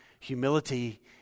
Humility